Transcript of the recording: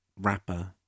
rapper